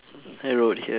I rode here